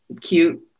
cute